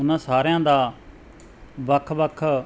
ਉਹਨਾਂ ਸਾਰਿਆਂ ਦਾ ਵੱਖ ਵੱਖ